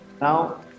Now